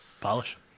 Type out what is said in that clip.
Polish